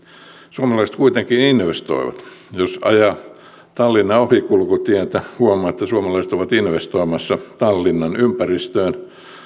suomalaiset kuitenkin investoivat jos ajaa tallinnan ohikulkutietä huomaa että suomalaiset ovat investoimassa tallinnan ympäristöön